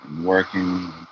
working